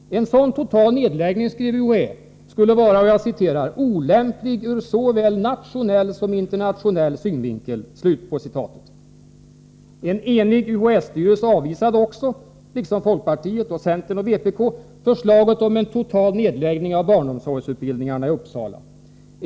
En sådan total nedläggning, skrev UHÄ, skulle vara ”olämplig ur såväl nationell som internationell synvinkel”. En enig UHÄ-styrelse avvisade också, liksom folkpartiet, centern och vpk, förslaget om en total nedläggning av barnomsorgsutbildningarna i Uppsala.